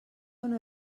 una